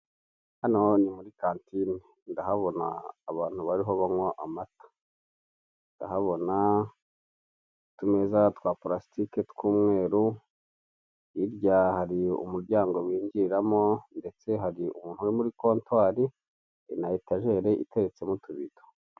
Hano ni muri kantine, ndahabona abantu bariho banywa amata, ndahabona utumeza twa parasitike tw'umweru, hirya hari umuryango binjiriramo , ndetse hari umuntu uri muri kotwari, inyuma ya etajeri iteretsemo utuvido.